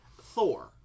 Thor